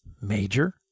major